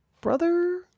brother